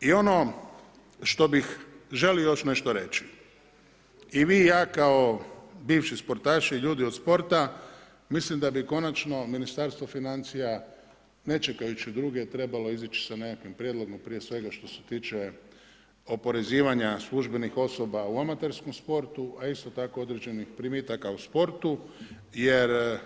I ono što bih želio još nešto reći i vi i ja kao bivši sportaši, ljudi od sporta, mislim da bi konačno Ministarstvo financija, ne čekajući druge trebali izići sa nekakvim prijedlogom, prije svega što se tiče oporezivanja službenih osoba u amaterskom sportu, a isto tako određenih primitaka u sportu jer